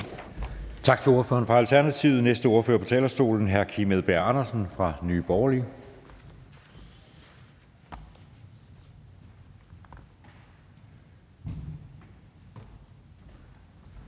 Tak til ordføreren for Alternativet. Næste ordfører på talerstolen er hr. Kim Edberg Andersen fra Nye Borgerlige.